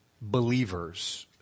believers